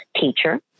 Teacher